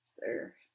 sir